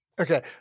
Okay